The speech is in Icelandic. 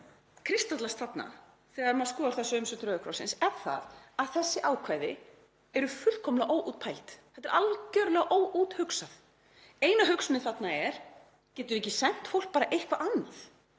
kristallast þarna þegar maður skoðar þessa umsögn Rauða krossins er að þessi ákvæði eru fullkomlega óútpæld. Þetta er algerlega óúthugsað. Eina hugsunin þarna er: Getum við ekki sent fólk bara eitthvert annað?